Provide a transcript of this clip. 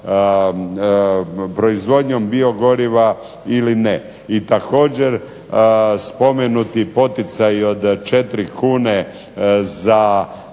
proizvodnjom biogoriva ili ne? I također, spomenuti poticaj od 4 kune za